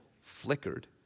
flickered